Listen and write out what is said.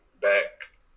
back